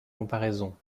comparaisons